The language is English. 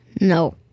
No